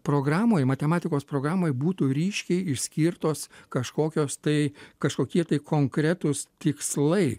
programoj matematikos programoj būtų ryškiai išskirtos kažkokios tai kažkokie tai konkretūs tikslai